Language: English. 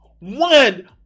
One